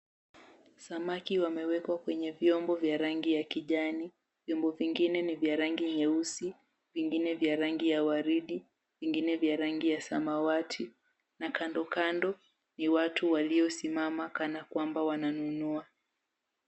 Samaki wamewekwa kwenye vyombo vya rangi ya kijani. Vyombo vingine ni vya rangi nyeusi, vingine vya rangi ya waridi, vingine vya rangi ya samawati. Na kandokando ni watu waliosimama kana kwamba wananunua.